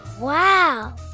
Wow